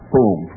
Boom